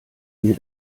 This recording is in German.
mir